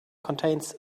contains